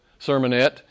sermonette